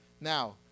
Now